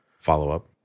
Follow-up